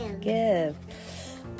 Give